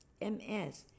MS